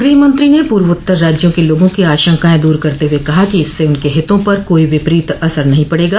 गूहमंत्री ने पूर्वोत्तर राज्यों के लोगों की आशंकाएं दूर करते हुए कहा कि इससे उनके हितों पर कोई विपरीत असर नहीं पड़ेगा